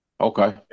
Okay